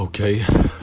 okay